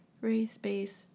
Race-based